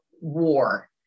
war